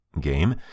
game